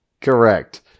Correct